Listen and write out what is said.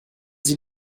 sie